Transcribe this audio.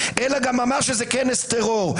אלא גם אמר שזה כנס טרור.